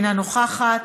אינה נוכחת.